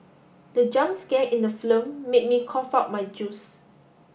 the jump scare in the film made me cough out my juice